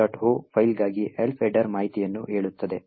o ಫೈಲ್ಗಾಗಿ Elf header ಮಾಹಿತಿಯನ್ನು ಹೇಳುತ್ತದೆ